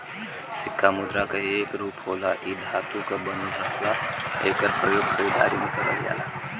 सिक्का मुद्रा क एक रूप होला इ धातु क बनल रहला एकर प्रयोग खरीदारी में करल जाला